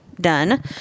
done